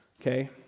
Okay